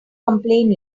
complain